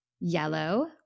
yellow